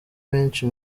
benshi